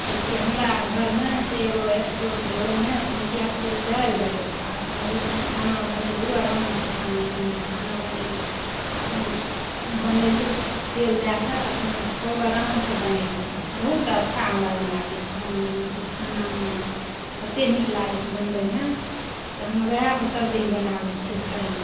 ठीक छै हमरा घरमे से एगो स्टोव रहए ओहिमे से मटिआके तेल डालि देलहुँ आ अपन ओ खाना बनेलहुँ आरामसँ आरामसँ खाना बनेलहुँ अपन बनेलहुँ तेल दए कऽ अपन खूब आरामसँ बनेलहुँ बहुत अच्छा हमरा ओ लागए छै बनबै मे ओहिपर खाना ततेक नीक लागए छै बनबैमे से हम ओएह पर सब दिन बनाबै छियै खाए ला